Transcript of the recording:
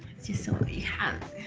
see somebody have